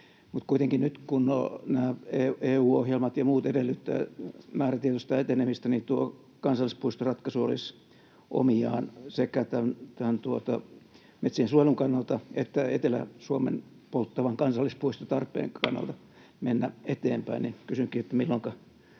kuitenkin nyt, kun nämä EU-ohjelmat ja muut edellyttävät määrätietoista etenemistä, niin tuo kansallispuistoratkaisu olisi omiaan sekä tämän metsien suojelun kannalta että Etelä-Suomen polttavan kansallispuistotarpeen kannalta [Puhemies